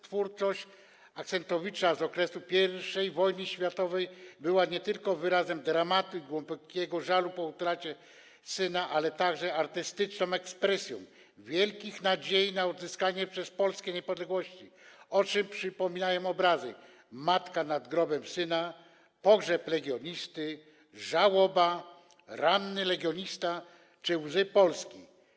Twórczość Axentowicza z okresu I wojny światowej była nie tylko wyrazem dramatu i głębokiego żalu po utracie syna, ale także artystyczną ekspresją wielkich nadziei na odzyskanie przez Polską niepodległości, o czym przypominają obrazy „Matka nad grobem syna”, „Pogrzeb legionisty”, „Żałoba”, „Ranny legionista” czy „Łzy Polski”